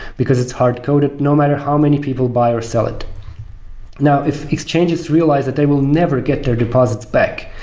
because it's hardcoded, no matter how many people buy or sell it now if exchange has realized that they will never get their deposits back,